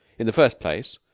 in the first place,